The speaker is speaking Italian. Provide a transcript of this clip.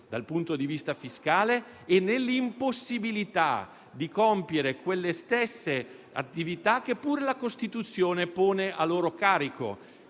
dal punto di vista fiscale e nell'impossibilità di compiere quelle stesse attività che pure la Costituzione pone a loro carico.